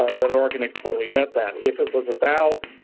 then oregon adequately met that. if it was about